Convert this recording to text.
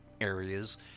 areas